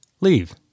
Leave